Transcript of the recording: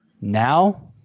Now